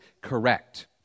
correct